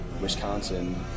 Wisconsin